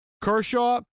Kershaw